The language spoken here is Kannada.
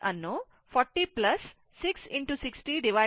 ಈ 100 volt ಅನ್ನು 40 6 60 6 60 ರಿಂದ ಭಾಗಿಸಿ